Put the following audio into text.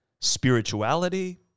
spirituality